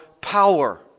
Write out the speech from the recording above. power